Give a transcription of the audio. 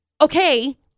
Okay